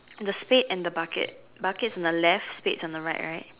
the spade and the bucket bucket's on the left spade's on the right right